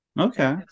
okay